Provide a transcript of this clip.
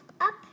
up